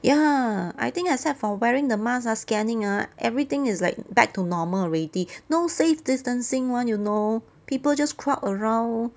ya I think except for wearing the masks ah scanning ah everything is like back to normal already no safe distancing [one] you know people just crowd around